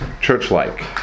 church-like